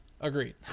agreed